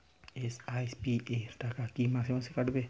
SIP র টাকা কী মাসে মাসে কাটবে?